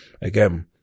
Again